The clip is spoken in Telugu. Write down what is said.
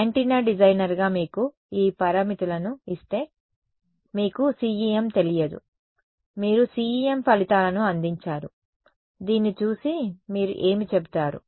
యాంటెన్నా డిజైనర్గా మీకు ఈ పారామితులను ఇస్తే మీకు CEM తెలియదు మీరు CEM ఫలితాలను అందించారు దీన్ని చూసి మీరు ఏమి చెబుతారు